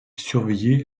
surveillait